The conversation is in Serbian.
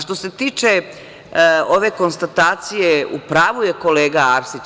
Što se tiče ove konstatacije, u pravu je kolega Arsić.